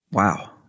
wow